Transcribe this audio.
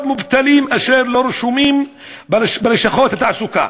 מובטלים אשר לא רשומים בלשכות התעסוקה,